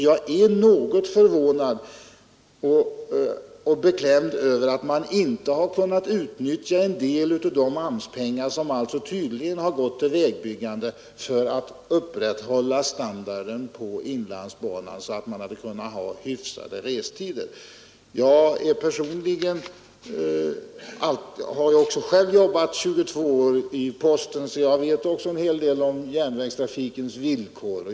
Jag är något förvånad och beklämd över att man inte kunnat utnyttja en del av de AMS-pengar, som tydligen gått till vägbyggande, för att upprätthålla standarden på inlandsbanan och därmed kunna hålla hyfsade restider, Jag har jobbat 22 år i posten och vet därför en hel del om järnvägstrafikens villkor.